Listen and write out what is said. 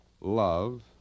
Love